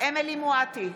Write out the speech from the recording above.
אמילי חיה מואטי,